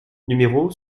numéro